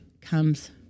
comes